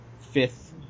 fifth